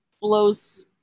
blows